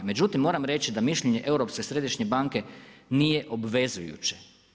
Međutim, moram reći da mišljenje Europske središnje banke nije obvezujuća.